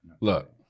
Look